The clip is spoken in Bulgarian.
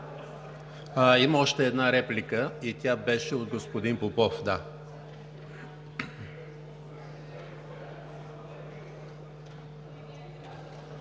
Има още една реплика – от господин Попов.